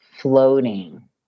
floating